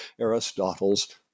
Aristotle's